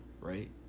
right